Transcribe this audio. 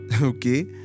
Okay